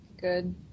Good